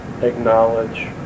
acknowledge